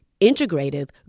integrative